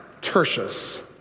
Tertius